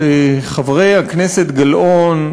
שחברת הכנסת גלאון,